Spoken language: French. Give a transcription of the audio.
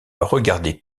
regardait